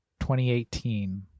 2018